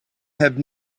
have